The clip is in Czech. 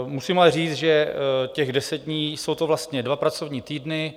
Musím ale říct, že těch deset dní jsou to vlastně dva pracovní týdny.